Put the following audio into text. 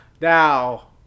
now